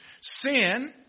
sin